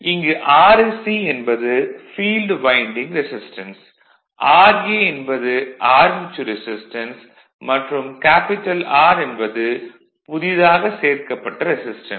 இங்கு Rse என்பது field winding resistance ra என்பது ஆர்மெச்சூர் ரெசிஸ்டன்ஸ் மற்றும் R என்பது புதிதாக சேர்க்கப்பட்ட ரெசிஸ்டன்ஸ்